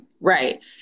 right